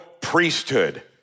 priesthood